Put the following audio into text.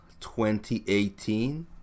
2018